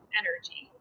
energy